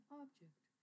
object